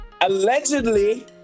allegedly